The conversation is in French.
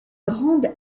grande